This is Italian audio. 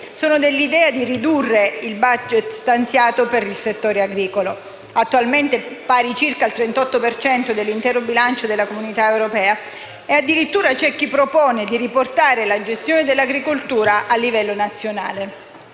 sono dell'idea di ridurre il *budget* stanziato per il settore agricolo, attualmente pari a circa il 38 per cento dell'intero bilancio della Comunità europea. Addirittura c'è chi propone di riportare la gestione dell'agricoltura a livello nazionale.